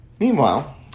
Meanwhile